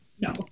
No